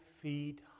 feet